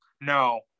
No